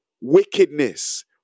Wickedness